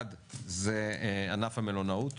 אחד זה ענף המלונאות,